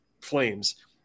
flames